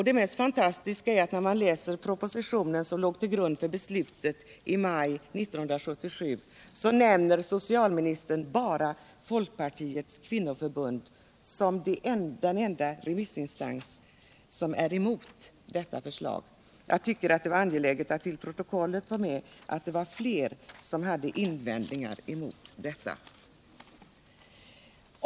Det mest fantastiska är att socialministern i den proposition som låg till grund för beslutet i maj 1977 nämner Folkpartiets kvinnoförbund som den enda remissinstans som är emot förslaget. Jag tycker det är angeläget att till protokollet få med att det var flera som hade invändningar mot förslaget.